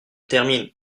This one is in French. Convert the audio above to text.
termine